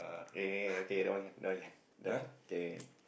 ah eh okay that one can that one can that one can K